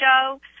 show –